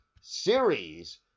series